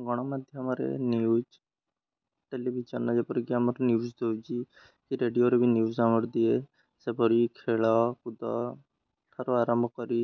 ଗଣମାଧ୍ୟମରେ news television ଯେପରିକି ଆମର ନ୍ୟୁଜ୍ ଦେଉଛି କି ରେଡ଼ିଓରେ ବି ନ୍ୟୁଜ୍ ଆମର ଦିଏ ସେପରି ଖେଳ କୁଦଠାରୁ ଆରମ୍ଭ କରି